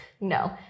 no